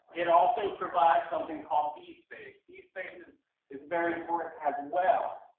it also provides something called bee space. bee space is is very important as well.